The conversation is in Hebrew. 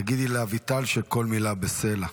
תגידי לאביטל שכל מילה בסלע.